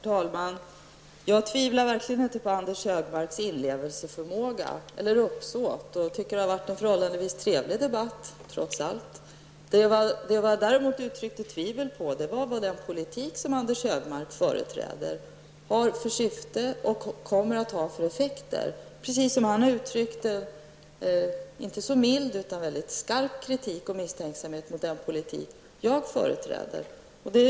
Herr talman! Jag tvivlar verkligen inte på Anders G Högmarks inlevelseförmåga eller uppsåt. Jag tycker att det har varit en förhållandevis trevlig debatt, trots allt. Vad jag däremot uttryckte tvivel över var vad den politik som Anders G Högmark företräder har för syfte och kommer att ha för effekter, precis som han har uttryckt inte så mild utan mycket skarp kritik och misstänksamhet mot den politik jag företräder.